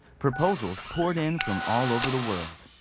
proposals poured in from all over the world.